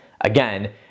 again